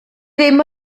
ddim